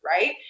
Right